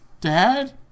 Dad